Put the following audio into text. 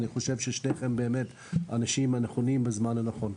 אני חושב ששניכם באמת האנשים הנכונים בזמן הנכון.